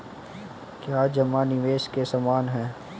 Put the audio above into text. क्या जमा निवेश के समान है?